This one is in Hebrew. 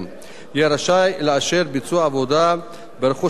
יהיה רשאי לאשר ביצוע עבודה ברכוש המשותף